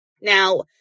Now